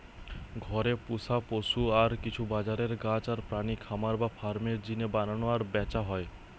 ঘরে পুশা পশু আর কিছু বাজারের গাছ আর প্রাণী খামার বা ফার্ম এর জিনে বানানা আর ব্যাচা হয়